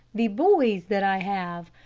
the boys that i have.